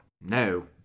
No